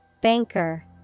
Banker